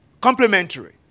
complementary